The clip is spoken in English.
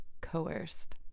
coerced